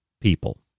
people